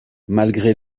malgré